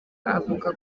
avuga